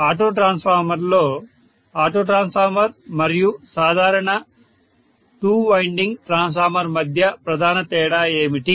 auto ట్రాన్స్ఫార్మర్లో auto transformer మరియు సాధారణ 2 వైండింగ్ ట్రాన్స్ఫార్మర్ మధ్య ప్రధాన తేడా ఏమిటి